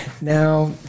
now